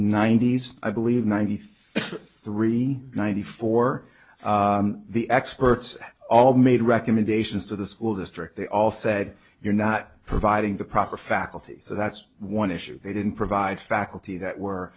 ninety's i believe ninety three three ninety four the experts all made recommendations to the school district they all said you're not providing the proper faculty so that's one issue they didn't provide faculty that were